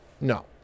No